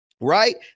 right